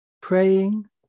praying